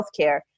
healthcare